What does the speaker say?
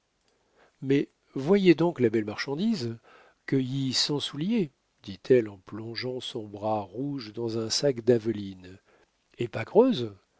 mais voyez donc la belle marchandise cueillie sans souliers dit-elle en plongeant son bras rouge dans un sac d'avelines et pas creuse